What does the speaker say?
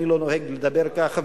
אני לא נוהג לדבר ככה,